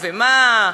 מה?